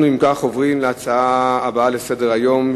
אם כך, אנו עוברים להצעות הבאות לסדר-היום,